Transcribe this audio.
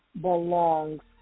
belongs